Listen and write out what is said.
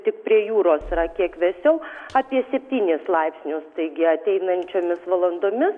tik prie jūros yra kiek vėsiau apie septynis laipsnius taigi ateinančiomis valandomis